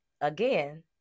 again